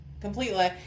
completely